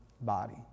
body